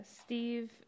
Steve